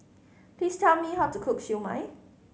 please tell me how to cook Siew Mai